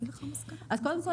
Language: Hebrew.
קודם כל,